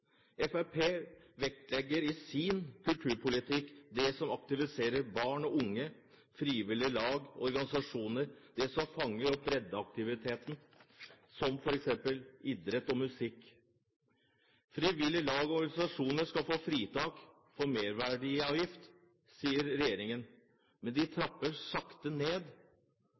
vektlegger i sin kulturpolitikk det som aktiviserer barn og unge, frivillige lag og organisasjoner og det som fanger opp breddeaktiviteten, som f.eks. idrett og musikk. Frivillige lag og organisasjoner skal få fritak for merverdiavgift, sier regjeringen, men den trapper sakte ned